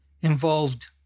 involved